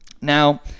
Now